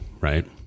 right